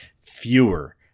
fewer